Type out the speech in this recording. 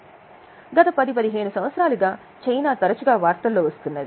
మనకు తెలుసు గత పది పదిహేను సంవత్సరాలుగా చైనా తరచుగా వార్తల్లో వస్తున్నది